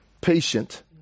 patient